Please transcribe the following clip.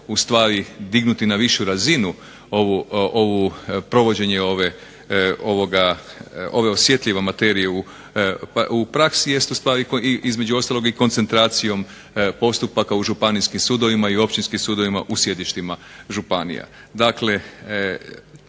ustvari dignuti na višu razinu provođenje ovoga, ove osjetljive materije u praksi jesu stvari koje između ostalog i koncentracijom postupaka u županijskim sudovima i općinskim sudovima u sjedištima županija. Dakle,